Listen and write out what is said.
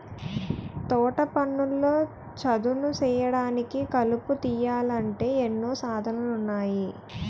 తోటపనుల్లో చదును సేయడానికి, కలుపు తీయాలంటే ఎన్నో సాధనాలున్నాయి